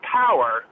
power